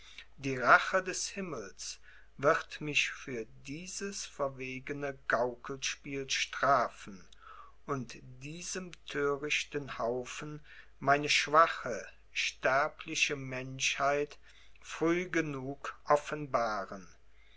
die rache des himmels wird mich für dieses verwegene gaukelspiel strafen und diesem thörichten haufen meine schwache sterbliche menschheit früh genug offenbaren